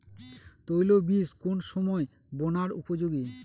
তৈল বীজ কোন সময় বোনার উপযোগী?